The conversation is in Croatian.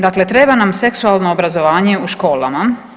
Dakle, treba nam seksualno obrazovanje u školama.